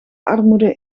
armoede